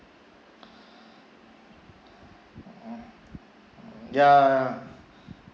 ya ya